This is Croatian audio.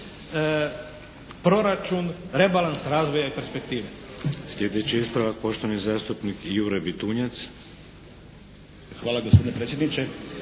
proračun rebalans razvoja i perspektive. Sljedeći ispravak poštovani zastupnik Jure Bitunjac. **Šeks, Vladimir